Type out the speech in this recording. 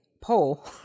poll